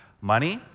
money